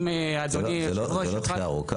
אם אדוני יושב הראש --- זה לא דחייה ארוכה,